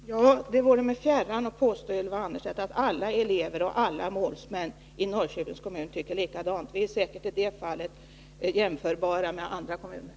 Fru talman! Det vore mig fjärran att påstå, Ylva Annerstedt, att alla elever och alla målsmän i Norrköpings kommun tycker likadant. Vi är i det fallet säkert jämförbara med andra kommuner.